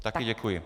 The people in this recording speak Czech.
Taky děkuji.